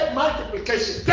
multiplication